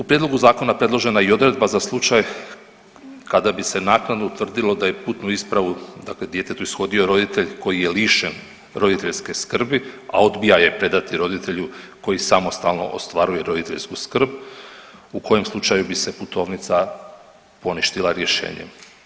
U prijedlogu zakona predložena je i odredba za slučaj kada bi se naknadno utvrdilo da je putnu ispravu dakle djetetu ishodio roditelj koji je lišen roditeljske skrbi, a odbija je predati roditelju koji samostalno ostvaruje roditeljsku skrb u kojem slučaju bi se putovnica poništila rješenjem.